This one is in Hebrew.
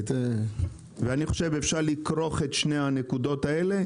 אני חושב שאפשר לכרוך את שתי הנקודות האלה,